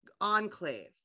enclave